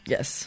Yes